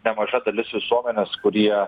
nemaža dalis visuomenės kurie